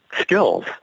skills